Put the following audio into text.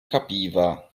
capiva